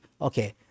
Okay